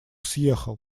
съехал